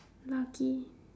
lucky